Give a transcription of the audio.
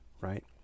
right